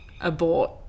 abort